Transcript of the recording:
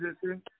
position